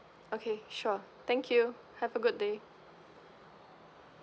okay sure thank you have a good day